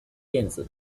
电子